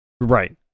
right